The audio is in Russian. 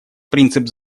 принцип